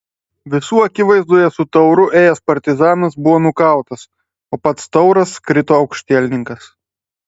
visų akivaizdoje su tauru ėjęs partizanas buvo nukautas o pats tauras krito aukštielninkas